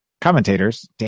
commentators